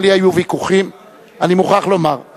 מה שהחוק שאני מציעה מדבר עליו זה שכל הריסה,